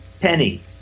penny